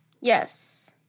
Yes